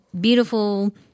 beautiful